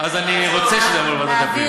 אז אני רוצה שזה יעבור לוועדת הפנים.